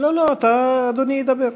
לא לא, אדוני ידבר.